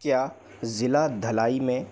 क्या जिला धलाई में